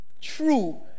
true